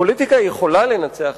הפוליטיקה יכולה לנצח,